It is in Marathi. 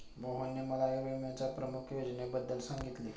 मोहनने मला आयुर्विम्याच्या प्रमुख योजनेबद्दल सांगितले